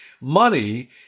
Money